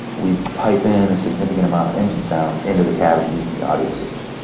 we pipe in a significant amount of engine sound into the cabin using the audio system.